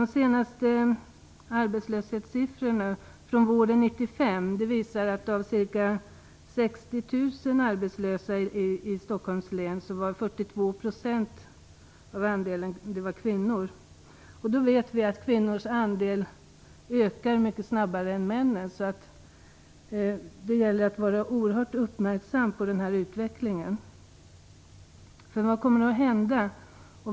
De senaste arbetslöshetssiffrorna från våren 1995 visar att av ca 60 000 arbetslösa i Stockholms län var andelen kvinnor 42 %. Vi vet att andelen arbetslösa kvinnor ökar snabbare än andelen arbetslösa män. Det gäller att vara oerhört uppmärksam på denna utveckling.